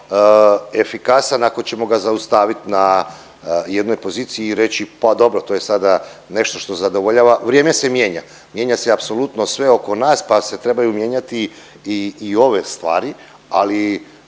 efikasan ako ćemo ga zaustavit na jednoj poziciji i reći pa dobro to je sada nešto što zadovoljava. Vrijeme se mijenja, mijenja se apsolutno sve oko nas pa se trebaju mijenjati i ove stvari, ali